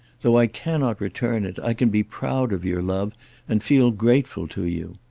though i cannot return it, i can be proud of your love and feel grateful to you.